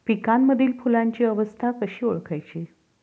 पिकांमधील फुलांची अवस्था कशी ओळखायची?